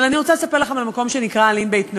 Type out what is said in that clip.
אני רוצה לספר לכם על מקום שנקרא "אלין בית נועם".